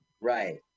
Right